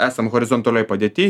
esam horizontalioj padėty